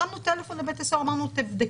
הרמנו טלפון לבית הסוהר וביקשנו שיבדקו